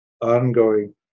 ongoing